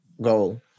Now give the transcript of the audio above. goal